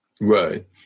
Right